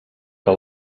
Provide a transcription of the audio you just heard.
que